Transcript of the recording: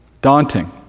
daunting